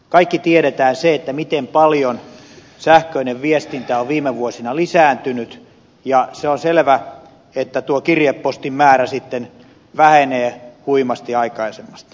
kaikki tiedämme sen miten paljon sähköinen viestintä on viime vuosina lisääntynyt ja se on selvä että kirjepostin määrä sitten vähenee huimasti aikaisemmasta